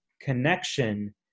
connection